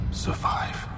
survive